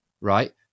right